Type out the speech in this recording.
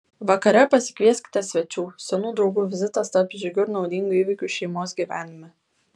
vakare pasikvieskite svečių senų draugų vizitas taps džiugiu ir naudingu įvykiu šeimos gyvenime